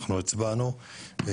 אנחנו הצבענו,